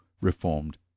reformed